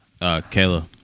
Kayla